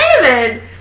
David